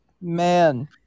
Man